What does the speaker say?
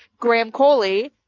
graham coley,